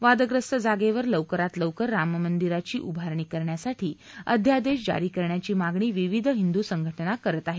वादग्रस्त जागेवर लवकरात लवकर राममंदिराची उभारणी करण्यासाठी अध्यादेश जारी करण्याची मागणी विविध हिंदू संघटना करत आहेत